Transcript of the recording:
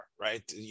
right